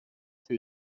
two